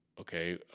Okay